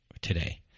today